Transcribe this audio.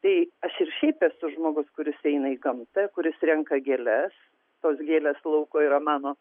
tai aš ir šiaip esu žmogus kuris eina į gamtą kuris renka gėles tos gėlės lauko yra mano